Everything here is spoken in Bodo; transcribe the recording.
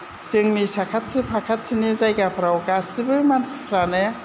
जोंनि साखाथि फाखाथिनि जायगाफोराव गासैबो मानसिफोरानो